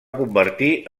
convertir